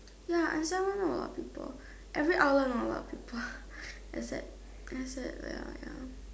ya I see not a lot of people every outlet not a lot of people except except ya